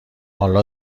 حالا